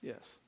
Yes